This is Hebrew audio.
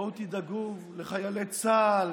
בואו תדאגו לחיילי צה"ל,